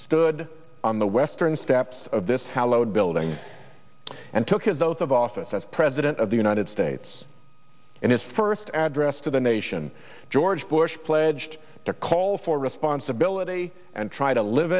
stood on the western steps of this hallowed building and took his oath of office as president of the united states in his first address to the nation george bush pledged to call for responsibility and try to live